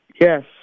Yes